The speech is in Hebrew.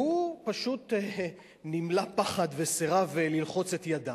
והוא פשוט נמלא פחד וסירב ללחוץ את ידה.